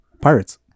Pirates